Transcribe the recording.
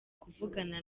kuvugana